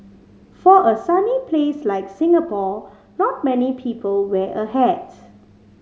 for a sunny place like Singapore not many people wear a hat